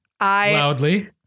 loudly